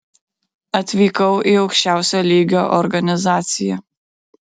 atvykau į aukščiausio lygio organizaciją